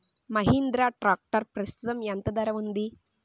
Mahindra tractor ప్రస్తుతం ఎంత ధర ఉంది?